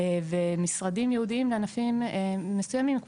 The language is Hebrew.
ומשרדים ייעודיים לענפים מסוימים,